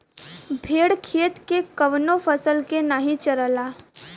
भेड़ खेत के कवनो फसल के नाही चरला